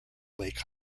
lake